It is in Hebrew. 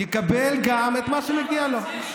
יקבל גם את מה שמגיע לו.